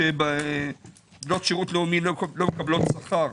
שבנות שירות לאומי לא מקבלות שכר